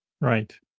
Right